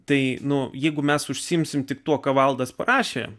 tai nu jeigu mes užsiimsime tik tuo ką valdas parašė